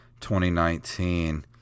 2019